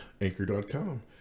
Anchor.com